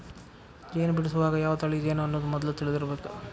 ಜೇನ ಬಿಡಸುವಾಗ ಯಾವ ತಳಿ ಜೇನು ಅನ್ನುದ ಮದ್ಲ ತಿಳದಿರಬೇಕ